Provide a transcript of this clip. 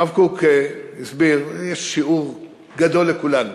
הרב קוק הסביר, יש שיעור גדול לכולנו,